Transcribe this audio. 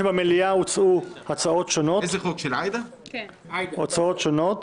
חה"כ עאידה תומא